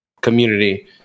community